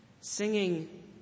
Singing